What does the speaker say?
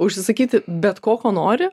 užsisakyti bet ko ko nori